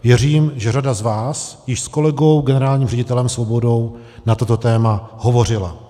Věřím, že řada z vás již s kolegou generálním ředitelem Svobodou na toto téma hovořila.